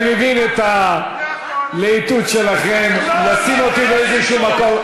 אני מבין את הלהיטות שלכם לשים אותי באיזה מקום.